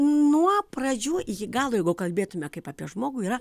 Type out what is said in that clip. nuo pradžių iki galo jeigu kalbėtume kaip apie žmogų yra